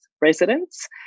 residents